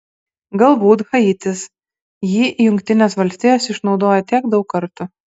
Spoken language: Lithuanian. galbūt haitis jį jungtinės valstijos išnaudojo tiek daug kartų